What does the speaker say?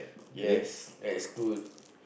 yes ride school